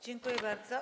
Dziękuję bardzo.